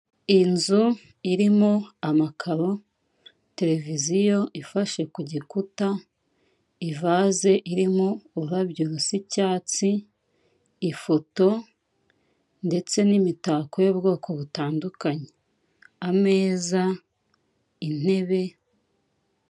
Inzu irimo amakaro televiziyo ifashe ku gikuta, ivase irimo ururabyo z'icyatsi ifoto, ndetse n'imitako y'ubwoko, butandukanye ameza intebe.